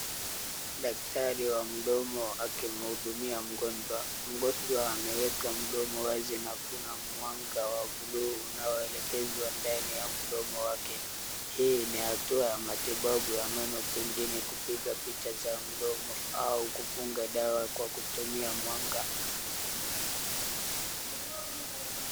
Daktari wa mdomo akimhudumia mgonjwa, mgonjwa ameweka mdomo wazi na kuna mwanga wa buluu unaoelekezwa ndani ya mdomo wake. Hii ni hatua ya matibabu ya meno pengine ni kupiga picha za mdomo, au kufunga dawa kwa kutumia mwanga.